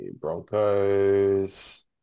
Broncos